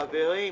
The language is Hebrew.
חברים,